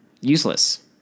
useless